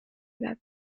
edad